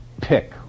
pick